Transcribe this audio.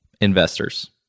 investors